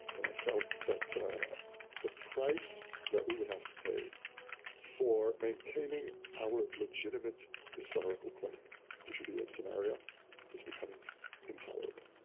when i felt that the price that we would have to pay for maintaining our legitimate historical claim to judea and samaria was becoming intolerable.